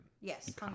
Yes